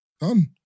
Done